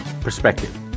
perspective